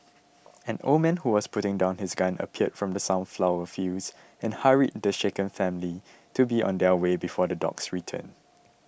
an old man who was putting down his gun appeared from the sunflower fields and hurried the shaken family to be on their way before the dogs return